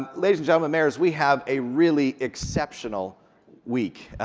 ladies and gentlemen, mayors, we have a really exceptional week.